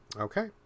Okay